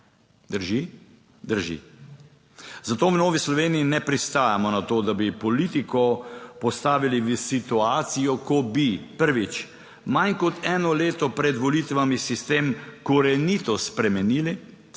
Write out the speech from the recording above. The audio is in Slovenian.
Drži, drži. Zato v Novi Sloveniji ne pristajamo na to, da bi politiko postavili v situacijo, ko bi prvič, manj kot eno leto pred volitvami sistem korenito spremenili,